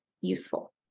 useful